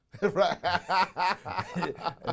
Right